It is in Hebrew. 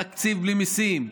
תקציב בלי מיסים.